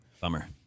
bummer